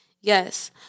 yes